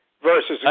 Versus